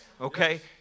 Okay